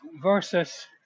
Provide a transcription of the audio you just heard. Versus